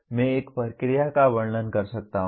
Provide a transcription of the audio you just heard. मैं एक प्रक्रिया का वर्णन कर सकता हूं